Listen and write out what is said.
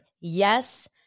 Yes